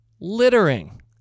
Littering